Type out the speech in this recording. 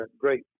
great